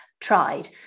tried